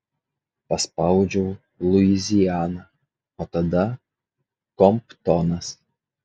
paspaudžiau luiziana o tada komptonas